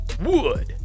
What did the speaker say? Wood